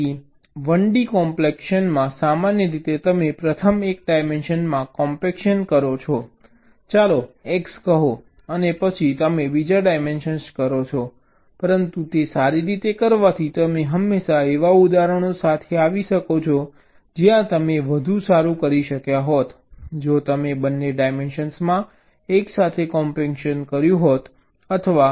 તેથી 1d કોમ્પેક્શનમાં સામાન્ય રીતે તમે પ્રથમ એક ડાયમેન્શનમાં કોમ્પેક્શન કરો છો ચાલો x કહો અને પછી તમે બીજા ડાયમેન્શનમાં કરો છો પરંતુ તે સારી રીતે કરવાથી તમે હંમેશા એવા ઉદાહરણો સાથે આવી શકો છો જ્યાં તમે વધુ સારું કરી શક્યા હોત જો તમે બંને ડાયમેન્શનમાં એકસાથે કોમ્પેક્શન કર્યું હતું